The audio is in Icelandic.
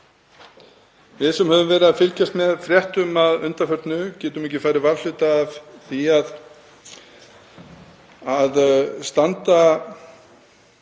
Við sem höfum verið að fylgjast með fréttum að undanförnu getum ekki hafa farið varhluta af því að standa